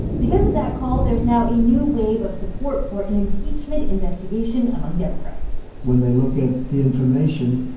because of that call, there's now a new wave of support for an impeachment investigation among democrats when they look at the information,